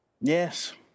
Yes